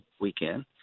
weekend